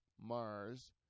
mars